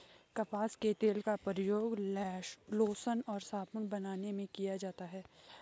कपास के तेल का प्रयोग लोशन और साबुन बनाने में किया जाता है